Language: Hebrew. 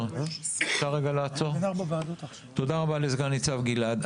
תודה רבה לסגן ניצב גלעד בהט.